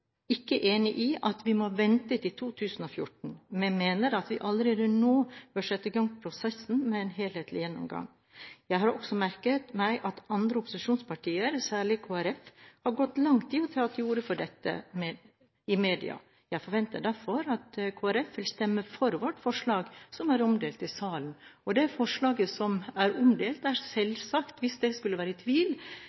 ikke enig i at man må vente til etter 2014, men mener at man allerede nå bør sette i gang prosessen med en helhetlig gjennomgang. Jeg har også merket meg at andre opposisjonspartier, særlig Kristelig Folkeparti, i media har gått langt i å ta til orde for dette. Jeg forventer derfor at Kristelig Folkeparti vil stemme for vårt forslag, som er omdelt i salen. Det forslaget som er omdelt, er